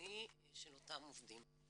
המקצועי של אותם עובדים.